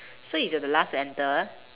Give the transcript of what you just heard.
so if you're the last to enter